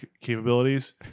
capabilities